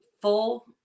full